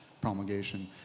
promulgation